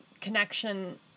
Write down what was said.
connection